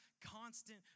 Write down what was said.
constant